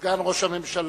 סגן ראש הממשלה,